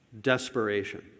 Desperation